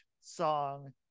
song